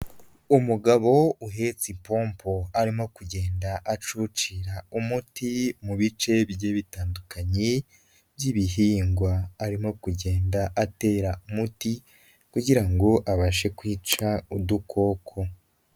Umugabo uhetse ipompo arimo kugenda acucira umuti mu bice bigiye bitandukanye by'ibihingwa, arimo kugenda atera umuti kugira ngo abashe kwica udukoko.